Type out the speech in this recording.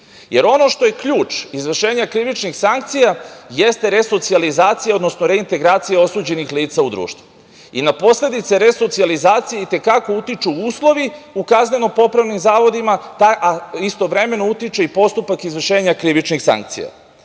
jer ono što je ključ izvršenja krivičnih sankcija, jeste resocijalizacija, odnosno reintegracija osuđenih lica u društvu. Na posledice resocijalizacije i te kako utiču uslovi u kazneno-popravnim zavodima, a istovremeno, utiče i postupak izvršenja krivičnih sankcija. Zato,